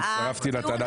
הצטרפתי לטענת